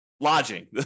Lodging